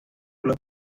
club